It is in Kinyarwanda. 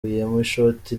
ishoti